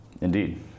Indeed